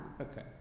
Okay